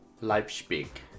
Leipzig